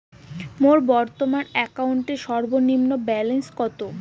মোর বর্তমান অ্যাকাউন্টের সর্বনিম্ন ব্যালেন্স কত?